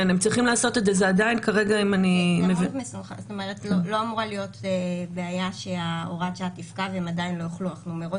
לא אמורה להיות בעיה שהוראת השעה תפקע והם עדיין לא --- מראש.